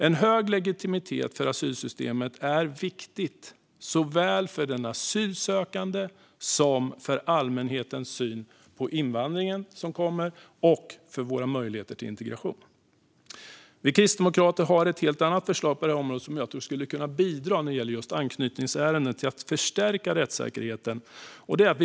En hög legitimitet för asylsystemet är viktigt, såväl för den asylsökande som för allmänhetens syn på invandringen och för våra möjligheter till integration. Vi kristdemokrater har på det här området ett helt annat förslag, som jag tror skulle kunna bidra till att förstärka rättssäkerheten när det gäller anknytningsärenden.